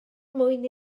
mwyn